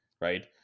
right